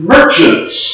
Merchants